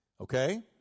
Okay